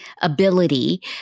ability